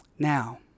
Now